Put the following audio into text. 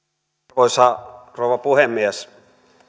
arvoisa rouva puhemies